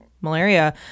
Malaria